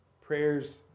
prayers